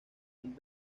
con